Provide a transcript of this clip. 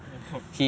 wor~